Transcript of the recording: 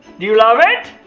do you love it?